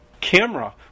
camera